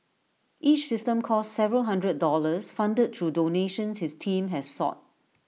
each system costs several hundred dollars funded through donations his team has sought